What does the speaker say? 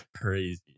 crazy